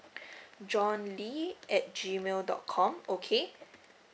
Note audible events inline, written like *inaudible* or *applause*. *breath* john lee at G mail dot com okay